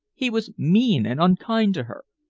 he was mean and unkind to her.